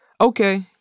Okay